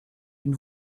une